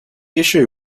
issue